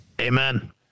Amen